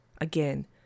again